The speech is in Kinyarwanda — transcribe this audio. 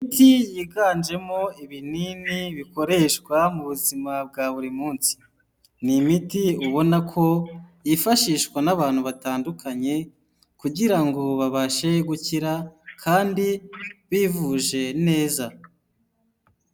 Imiti yiganjemo ibinini bikoreshwa mu buzima bwa buri munsi. Ni imiti ubona ko yifashishwa n'abantu batandukanye kugira ngo babashe gukira kandi bivuje neza.